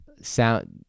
sound